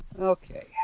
Okay